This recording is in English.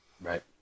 Right